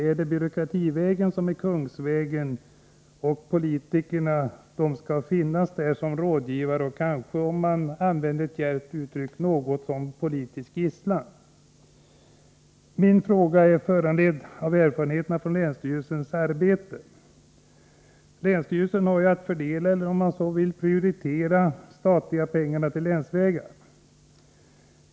Är byråkrativägen kungsvägen, och skall politikerna endast fungera såsom rådgivare och kanske — om jag får använda ett djärvt uttryck — politisk gisslan? Min fråga är föranledd av erfarenheterna från länsstyrelsearbete. Länsstyrelsen har ju att fördela eller, om man så vill, prioritera de statliga pengarna till länsvägarna.